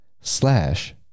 slash